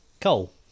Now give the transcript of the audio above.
Coal